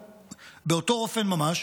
באותו אופן ממש